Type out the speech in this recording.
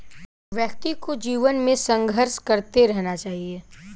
व्यक्ति को जीवन में संघर्ष करते रहना चाहिए